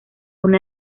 una